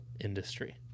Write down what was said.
industry